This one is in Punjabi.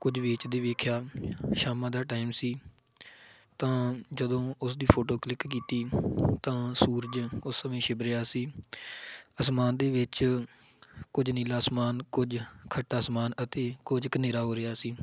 ਕੁਝ ਵੇਚਦੇ ਵੇਖਿਆ ਸ਼ਾਮਾਂ ਦਾ ਟਾਈਮ ਸੀ ਤਾਂ ਜਦੋਂ ਉਸ ਦੀ ਫੋਟੋ ਕਲਿੱਕ ਕੀਤੀ ਤਾਂ ਸੂਰਜ ਉਸ ਸਮੇਂ ਛਿਪ ਰਿਹਾ ਸੀ ਅਸਮਾਨ ਦੇ ਵਿੱਚ ਕੁਝ ਨੀਲਾ ਅਸਮਾਨ ਕੁਝ ਖੱਟਾ ਅਸਮਾਨ ਅਤੇ ਕੁਝ ਕੁ ਹਨੇਰਾ ਹੋ ਰਿਹਾ ਸੀ